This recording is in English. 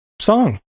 song